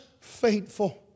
faithful